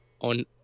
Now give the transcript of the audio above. on